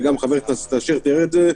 וגם חבר הכנסת אשר תיאר את זה.